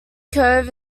cove